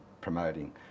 promoting